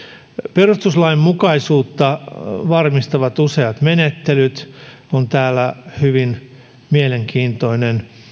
perustuslainmukaisuutta varmistavat useat menettelyt on täällä hyvin mielenkiintoinen